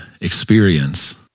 experience